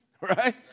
right